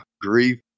Grief